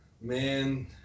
Man